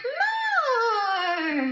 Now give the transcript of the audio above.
more